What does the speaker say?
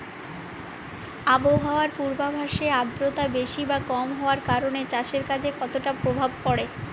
আবহাওয়ার পূর্বাভাসে আর্দ্রতা বেশি বা কম হওয়ার কারণে চাষের কাজে কতটা প্রভাব পড়ে?